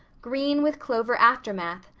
green with clover aftermath,